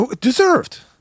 Deserved